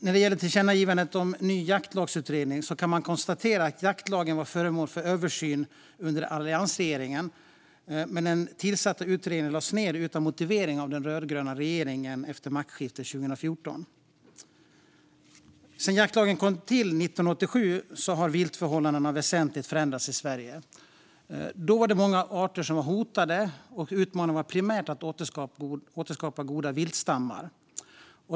När det gäller tillkännagivandet om en ny jaktlagsutredning kan man konstatera att jaktlagen var föremål för översyn under alliansregeringen, men den tillsatta utredningen lades ned utan motivering av den rödgröna regeringen efter maktskiftet 2014. Sedan jaktlagen kom till 1987 har viltförhållandena väsentligt förändrats i Sverige. Då var det många arter som var hotade, och utmaningen var primärt att återskapa goda viltstammar.